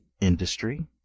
industry